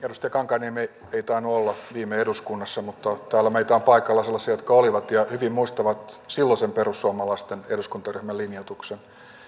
edustaja kankaanniemi ei tainnut olla viime eduskunnassa mutta täällä meitä on paikalla sellaisia jotka olivat ja hyvin muistavat silloisen perussuomalaisten eduskuntaryhmän linjoituksen